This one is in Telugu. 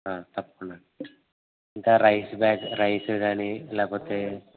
తప్పకుండా అండి ఇంకా రైసు బ్యాగ్ రైసు కానీ లేకపోతే